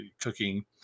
cooking